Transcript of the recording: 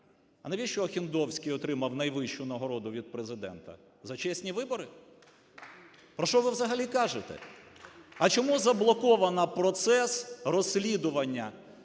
А навіщо Охендовський отримав найвищу нагороду від Президента – за чесні вибори? Про що ви взагалі кажете. А чому заблоковано процес розслідування